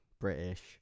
British